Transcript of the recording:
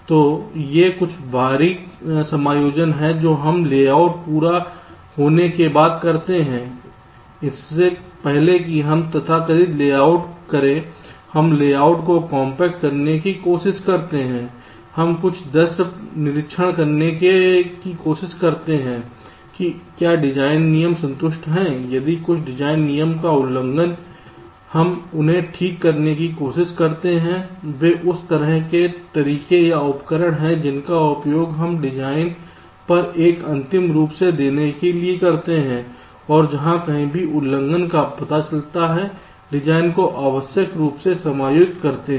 तो ये कुछ बारीक समायोजन हैं जो हम लेआउट पूरा होने के बाद करते हैं इससे पहले कि हम तथाकथित टेपआउट करें हम लेआउट को कॉम्पैक्ट करने की कोशिश करते हैं हम कुछ दृश्य निरीक्षण करने की कोशिश करते हैं कि क्या डिजाइन नियम संतुष्ट हैं यदि कुछ डिज़ाइन नियम उल्लंघन हम उन्हें ठीक करने की कोशिश करते हैं ये उस तरह के तरीके या उपकरण हैं जिनका उपयोग हम डिज़ाइन पर एक अंतिम रूप देने के लिए करते हैं और जहाँ कहीं भी उल्लंघन का पता चलता है डिज़ाइन को आवश्यक रूप से समायोजित करते हैं